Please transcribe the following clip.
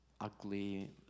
ugly